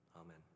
Amen